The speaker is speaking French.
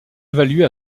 évalué